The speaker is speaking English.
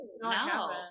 No